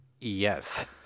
Yes